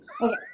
Okay